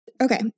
Okay